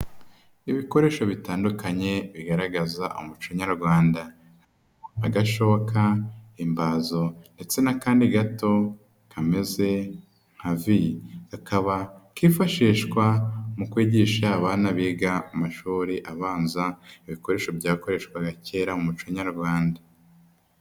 Ibikoresho bitandukanye bigaragaza umuco nyarwanda agashoka, imbazo ndetse n'akandi gato kameze nka vi, kakaba kifashishwa mu kwigisha abana biga amashuri abanza ibikoresho byakoreshwaga kera mu muco nyarwanda.